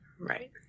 Right